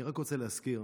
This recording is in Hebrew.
אני רק רוצה להזכיר: